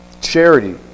Charity